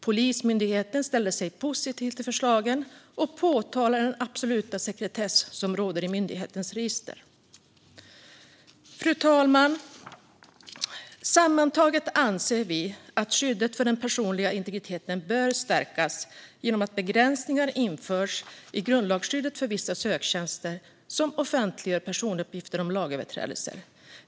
Polismyndigheten ställde sig positiv till förslagen och påpekade den absoluta sekretess som råder i myndighetens register. Fru talman! Sammantaget anser vi att skyddet för den personliga integriteten bör stärkas genom att begränsningar införs i grundlagsskyddet för vissa söktjänster som offentliggör personuppgifter om lagöverträdelser.